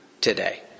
today